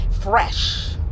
fresh